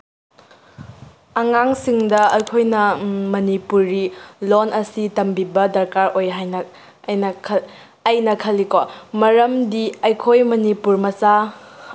ꯑꯉꯥꯡꯁꯤꯡꯗ ꯃꯅꯤꯄꯨꯔꯤ ꯂꯣꯜ ꯑꯁꯤ ꯇꯝꯕꯤꯕ ꯗꯔꯀꯥꯔ ꯑꯣꯏ ꯍꯥꯏꯅ ꯑꯩꯅ ꯑꯩꯅ ꯈꯜꯂꯤꯀꯣ ꯃꯔꯝꯗꯤ ꯑꯩꯈꯣꯏ ꯃꯅꯤꯄꯨꯔ ꯃꯆꯥ